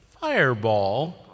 fireball